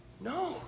No